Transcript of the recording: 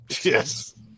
yes